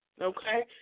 okay